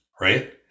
right